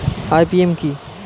IPM কি?